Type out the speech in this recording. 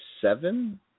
seven